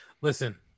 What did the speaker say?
Listen